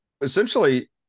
Essentially